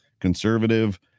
conservative